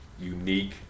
unique